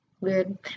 weird